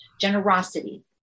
generosity